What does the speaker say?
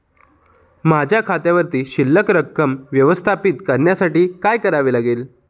माझ्या खात्यावर शिल्लक रक्कम व्यवस्थापित करण्यासाठी काय करावे लागेल?